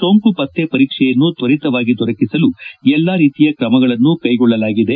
ಸೋಂಕು ಪತ್ತೆ ಪರೀಕ್ಷೆಯನ್ನು ತ್ವರಿತವಾಗಿ ದೊರಕಿಸಲು ಎಲ್ಲಾ ರೀತಿಯ ಕ್ರಮಗಳನ್ನು ಕೈಗೊಳ್ಳಲಾಗಿದೆ